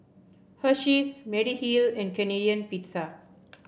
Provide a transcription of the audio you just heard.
Hersheys Mediheal and Canadian Pizza